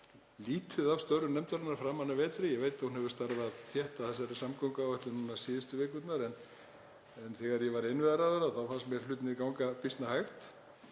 lítið af störfum nefndarinnar framan af vetri. Ég veit að hún hefur starfað þétt að þessari samgönguáætlun síðustu vikurnar en þegar ég var innviðaráðherra þá fundust mér hlutirnir ganga býsna hægt.